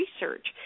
research